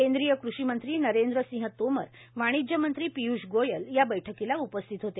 केंद्रीय कृषी मंत्री नरेंद्र सिंह तोमर वाणिज्य मंत्री पिय्ष गोयल या बैठकीला उपस्थित होते